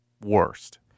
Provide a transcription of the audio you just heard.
worst